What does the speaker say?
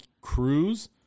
Cruz